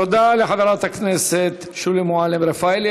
תודה לחברת הכנסת שולי מועלם רפאלי.